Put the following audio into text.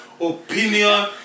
opinion